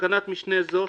בתקנת משנה זו,